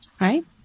right